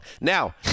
Now